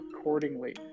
accordingly